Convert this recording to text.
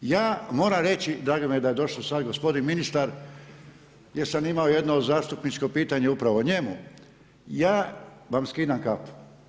Ja moram reći, drago mi je da je došao sad gospodin ministar, gdje sam imao jedno od zastupničko pitanje upravo o njemu, ja vam skidam kapu.